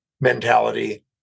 mentality